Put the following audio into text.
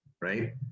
right